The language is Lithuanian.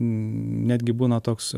netgi būna toks